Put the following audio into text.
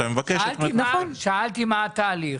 שאלתי מה התהליך,